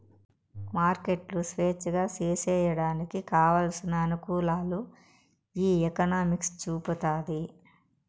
మార్కెట్లు స్వేచ్ఛగా సేసేయడానికి కావలసిన అనుకూలాలు ఈ ఎకనామిక్స్ చూపుతాది